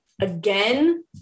again